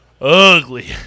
ugly